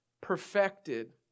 perfected